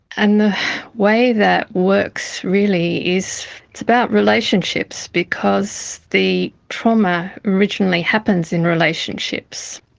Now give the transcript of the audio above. and the way that works really is it's about relationships because the trauma originally happens in relationships.